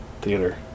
theater